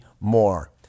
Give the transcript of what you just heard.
more